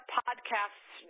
podcasts